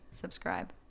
subscribe